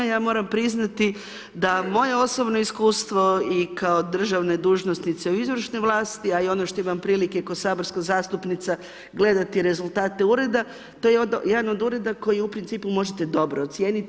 Ja moram priznati da moje osobno iskustvo, i kao državne dužnosnice u izvršnoj vlasti, a i ono što imam prilike k'o saborska zastupnica gledati rezultate Ureda, to je jedan od Ureda koji u principu možete dobro ocijeniti.